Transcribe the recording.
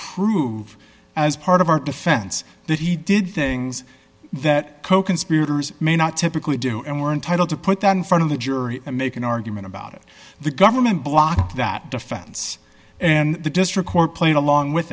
prove as part of our defense that he did things that coconspirators may not typically do and we're entitled to put that in front of the jury and make an argument about it the government blocked that defense and the district court played along with